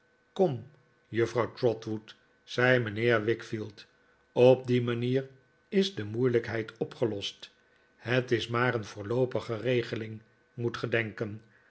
kom juffrouw trotwood zei mijnheer wickfield op die manier is de moeilijkheid opgelosf het is maar een voorloopige regeling moet ge